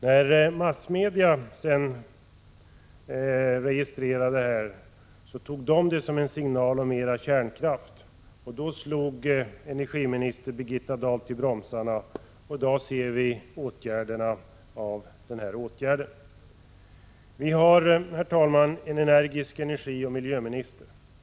När massmedia tog det här som en signal om mera kärnkraft slog Birgitta Dahl till bromsarna, och vi ser i dag resultatet av denna åtgärd. Vi har en energisk energioch miljöminister.